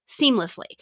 seamlessly